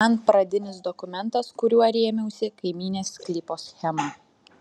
man pradinis dokumentas kuriuo rėmiausi kaimynės sklypo schema